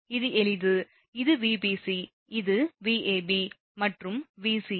இது எளிது இது Vbc இது Vab மற்றும் Vca